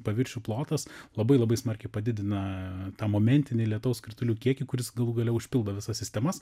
paviršių plotas labai labai smarkiai padidina tą momentinį lietaus kritulių kiekį kuris galų gale užpildo visas sistemas